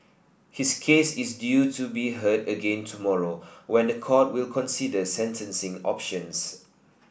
his case is due to be heard again tomorrow when the court will consider sentencing options